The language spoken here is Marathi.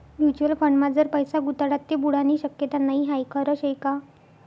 म्युच्युअल फंडमा जर पैसा गुताडात ते बुडानी शक्यता नै हाई खरं शेका?